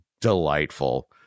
delightful